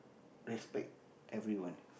respect everyone